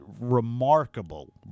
remarkable